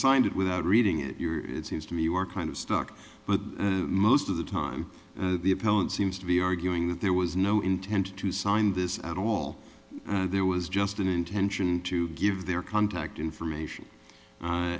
signed it without reading it you're it seems to me you are kind of stuck but most of the time the appellant seems to be arguing that there was no intent to sign this at all there was just an intention to give their contact information